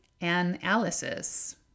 Analysis